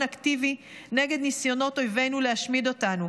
אקטיבי נגד ניסיונות אויבינו להשמיד אותנו.